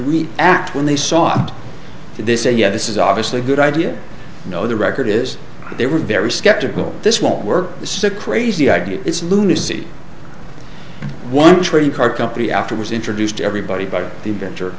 we act when they saw and they say yeah this is obviously a good idea no the record is that they were very skeptical this won't work sick crazy idea it's lunacy one train car company after was introduced everybody by the inventor